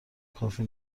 کافی